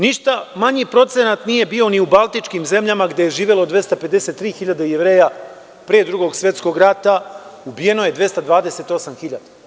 Ništa manji procenat nije bio ni u baltičkim zemljama, gde je živelo 253.000 Jevreja pre Drugog svetskog rata, ubijeno je 228.000.